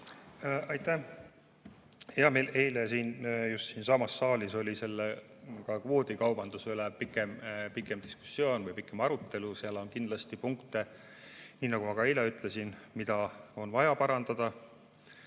Jah, meil eile siinsamas saalis oli kvoodikaubanduse üle pikem diskussioon, pikem arutelu. Seal on kindlasti punkte, nii nagu ma ka eile ütlesin, mida on vaja parandada,